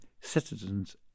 citizens